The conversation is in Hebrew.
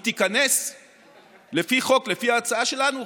היא תיכנס לפי חוק, לפי ההצעה שלנו.